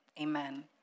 Amen